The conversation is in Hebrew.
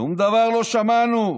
שום דבר לא שמענו,